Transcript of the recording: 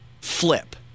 flip